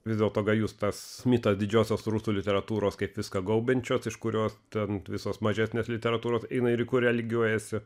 vis dėlto gajus tas mitas didžiosios rusų literatūros kaip viską gaubiančios iš kurios ten visos mažesnės literatūros eina ir į kurią lygiuojasi